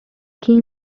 keen